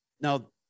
now